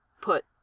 put